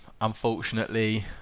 unfortunately